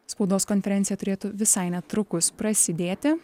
spaudos konferencija turėtų visai netrukus prasidėti